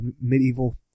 medieval